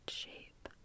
shape